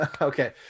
Okay